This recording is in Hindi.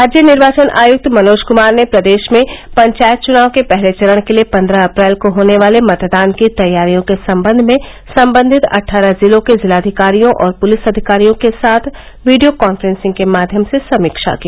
राज्य निर्वाचन आयुक्त मनोज कुमार ने प्रदेश में पंचायत चुनाव के पहले चरण के लिये पन्द्रह अप्रैल को होने वाले मतदान की तैयारियों के संबंध में संबंधित अटठारह जिलों के जिलाधिकारियों और पुलिस अधिकारियों के साथ वीडियो काफ्रॉसिंग के माध्यम से समीक्षा की